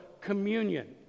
communion